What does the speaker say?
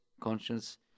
conscience